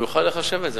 והוא יוכל לחשב את זה.